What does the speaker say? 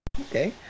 Okay